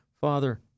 Father